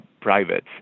private